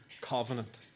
covenant